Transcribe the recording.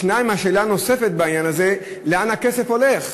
2. השאלה הנוספת בעניין הזה, לאן הכסף הולך?